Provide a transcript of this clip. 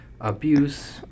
abuse